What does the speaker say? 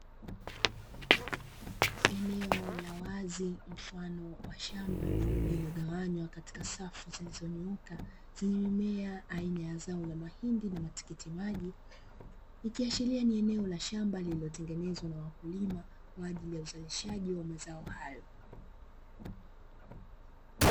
Eneo ni wazi mfano wa shamba liligawanywa katika safu zilizonyooka, lenye aina ya mazao ya mahindi na matikiti maji ikiashiria shamba limetengenezwa na wakulima kwa ajili ya uzalishaji wa mazao hayo.